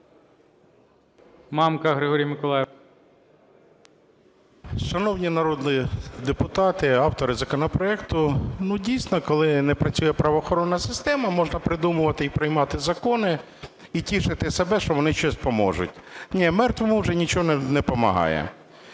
МАМКА Г.М. Шановні народні депутати автори законопроекту, ну, дійсно, колеги, не працює правоохоронна система, можна придумувати і приймати закони, і тішити себе, що вони щось поможуть. Ні, мертвому вже нічого не помагає.